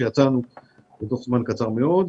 שיצאנו תוך זמן קצר מאוד.